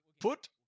put